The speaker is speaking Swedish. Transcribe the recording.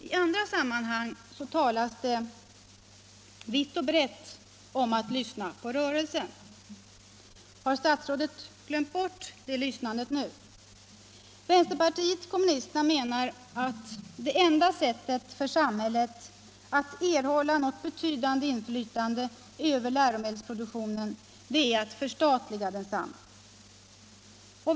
I andra sammanhang talas det vitt och brett om att lyssna på rörelsen. Har statsrådet glömt bort det lyssnandet? Vänsterpartiet kommunisterna menar att det enda sättet för samhället att erhålla något betydande inflytande över läromedelsproduktionen är att förstatliga densamma.